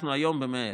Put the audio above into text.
אנחנו היום ב-100,000.